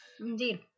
Indeed